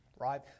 Right